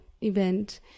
event